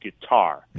guitar